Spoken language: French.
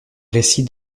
récits